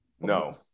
No